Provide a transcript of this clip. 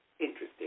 Interesting